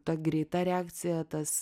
ta greita reakcija tas